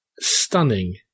stunning